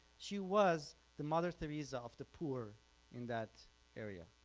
she was the mother theresa of the poor in that area.